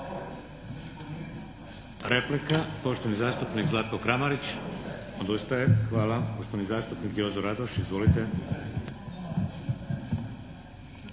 Hvala.